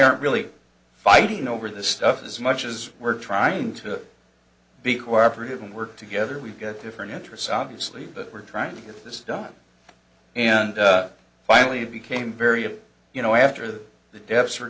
aren't really fighting over this stuff as much as we're trying to be cooperative and work together we've got different interests obviously but we're trying to get this done and finally it became very a you know after the deaths